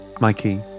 Mikey